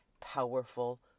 powerful